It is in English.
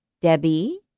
debbie